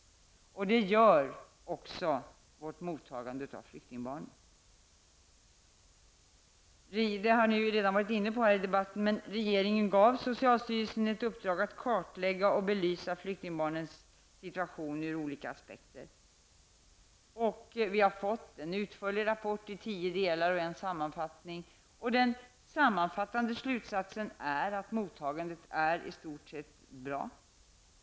Det gör även vårt mottagande av flyktingbarn. Vide har redan nämnts i debatten. Regeringen gav socialstyrelsen i uppdrag att kartlägga och belysa flyktingbarnens situation ur olika aspekter. Vi har fått en utförlig rapport i tio delar plus en sammanfattning. Den sammanfattande slutsatsen är att mottagandet är i stort sett bra.